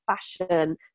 fashion